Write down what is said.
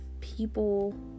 people